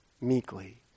meekly